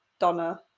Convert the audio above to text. Donna